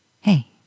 Hey